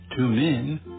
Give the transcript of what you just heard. TuneIn